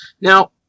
Now